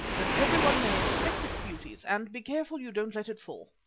that everyone may inspect its beauties, and be careful you don't let it fall.